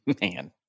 Man